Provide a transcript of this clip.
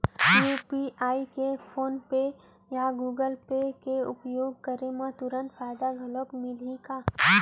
UPI के PhonePe या Google Pay के उपयोग करे म तुरंत फायदा घलो मिलही का?